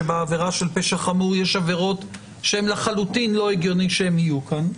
שבעבירה של פשע חמור יש עבירות שלחלוטין לא הגיוני שהן יהיו כאן.